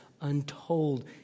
untold